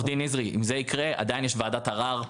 עורך דין נזרי, אם זה יקרה עדיין יש ועדת ערר.